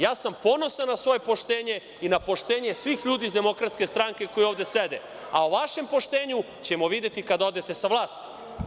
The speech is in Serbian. Ja sam ponosan na svoje poštenje i na poštenje svih ljudi iz DS-a koji ovde sede, a o vašem poštenju ćemo videti kada odete sa vlasti.